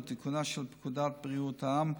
לתיקונה של פקודת בריאות העם,